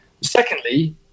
Secondly